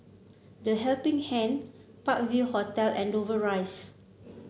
The Helping Hand Park View Hotel and Dover Rise